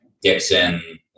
Dixon